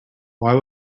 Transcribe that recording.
why